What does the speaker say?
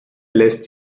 lässt